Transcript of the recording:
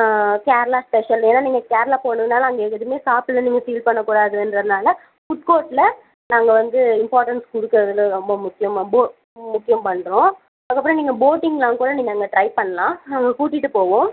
ஆ Kerala special ஏன்னா நீங்கள் கேரளா போனீங்கன்னாலும் அங்கே எதுவும் சாப்பிட்லன்னு நீங்கள் ஃபீல் பண்ண கூடாதுன்றதுனால ஃபுட் கோர்ட்டில் நாங்கள் வந்து இம்ப்பார்ட்டன்ஸ் கொடுக்குறதுல ரொம்ப முக்கியம் பொ முக்கியம் பண்ணுறோம் அதுக்கப்புறம் நீங்கள் போட்டிங்லாம் கூட நீங்கள் அங்கே ட்ரை பண்ணலாம் நாங்கள் கூட்டிட்டு போவோம்